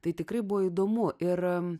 tai tikrai buvo įdomu ir